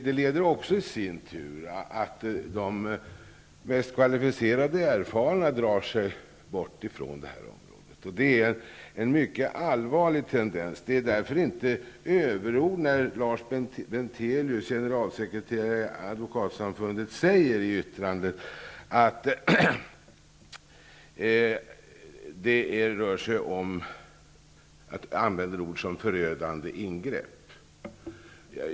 Det leder i sin tur till att de mest kvalificerade och erfarna drar sig bort från området, och det är en mycket allvarlig tendens. Det är därför inte överord när Lars Bentelius, generalsekreterare i Advokatsamfundet, i yttrandet använder uttryck som ''förödande ingrepp''.